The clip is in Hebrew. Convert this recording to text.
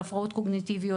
על הפרעות קוגניטיביות,